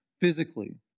physically